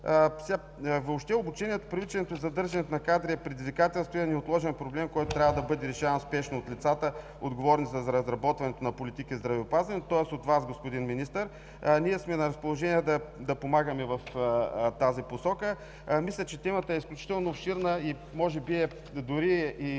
Въобще обучението, привличането и задържането на кадри е предизвикателство и неотложен проблем, който трябва да бъде решаван спешно от лицата, отговорни за разработването на политики в здравеопазването, тоест от Вас, господин Министър. Ние сме на разположение да помагаме в тази посока. Мисля, че темата е изключително обширна и дори